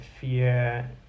fear